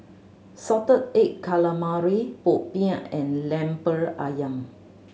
salted egg calamari popiah and Lemper Ayam